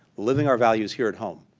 living our values here at home.